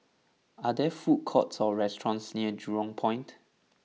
are there food courts or restaurants near Jurong Point